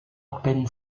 peine